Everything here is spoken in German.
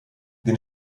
den